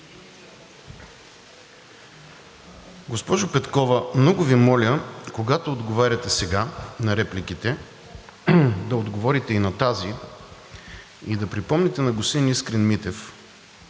Госпожо Петкова, много Ви моля, когато отговаряте сега на репликите, да отговорите и на тази. И да припомните на господин Искрен Митев,